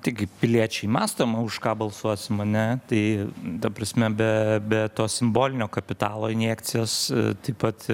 taigi piliečiai mąstoma už ką balsuosim ane tai ta prasme be be to simbolinio kapitalo injekcijos taip pat